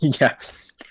Yes